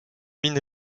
mine